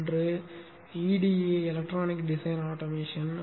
ஒன்று EDA electronic design automation